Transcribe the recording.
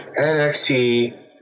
NXT